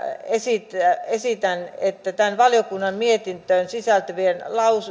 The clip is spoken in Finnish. esitän että tähän valiokunnan mietintöön sisältyvien